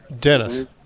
Dennis